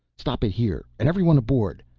stop it here and everyone aboard.